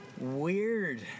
Weird